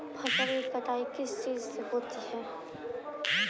फसल की कटाई किस चीज से होती है?